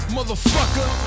Motherfucker